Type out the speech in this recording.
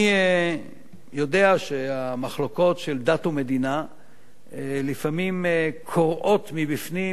אני יודע שהמחלוקות של דת ומדינה לפעמים קורעות מבפנים,